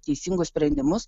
teisingus sprendimus